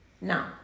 No